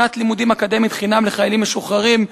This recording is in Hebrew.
שנת לימודים אקדמית חינם לחיילים משוחררים".